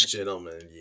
Gentlemen